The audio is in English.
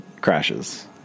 crashes